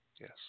Yes